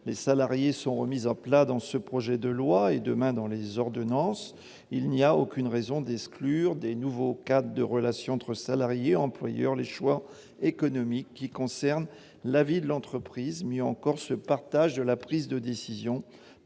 les salariés sont remises à plat dans ce projet de loi et, demain, dans les ordonnances qui en seront issues, il n'y a aucune raison d'exclure du nouveau cadre de relations entre salariés et employeurs les choix économiques qui ont trait à la vie de l'entreprise. Mieux encore, ce partage de la prise de décision